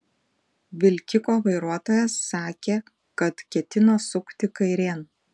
vilkiko vairuotojas sakė kad ketino sukti kairėn